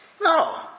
No